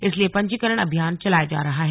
इसलिए पंजीकरण अभियान चलाया जा रहा है